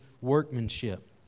workmanship